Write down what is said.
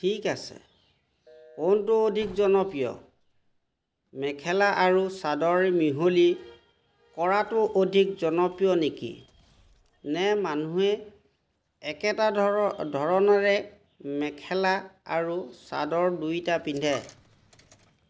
ঠিক আছে কোনটো অধিক জনপ্ৰিয় মেখেলা আৰু চাদৰ মিহলি কৰাটো অধিক জনপ্ৰিয় নেকি নে মানুহে একেটা ধৰণৰে মেখেলা আৰু চাদৰ দুয়োটা পিন্ধে